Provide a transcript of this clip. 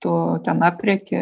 tu ten aprėki